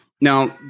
Now